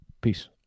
peace